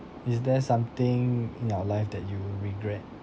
is there something in your life that you regret